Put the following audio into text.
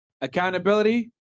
Accountability